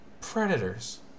Predators